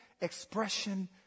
expression